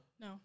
No